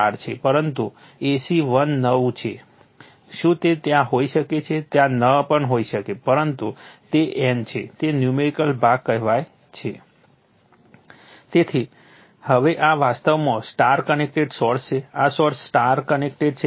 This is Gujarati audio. પરંતુ આ ac વન નવું છે શું તે ત્યાં હોઈ શકે છે ત્યાં ન પણ હોઈ શકે પરંતુ અહીં તે n છે તે ન્યૂમેરિકલ ભાગ કહેવાય છે તેથી હવે આ વાસ્તવમાં Y કનેક્ટેડ સોર્સ છે આ સોર્સ Y કનેક્ટેડ છે